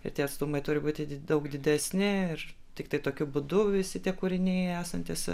ir tie atstumai turi būti daug didesni ir tiktai tokiu būdu visi tie kūriniai esantys